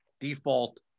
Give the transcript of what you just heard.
Default